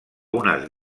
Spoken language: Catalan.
unes